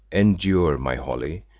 endure, my holly,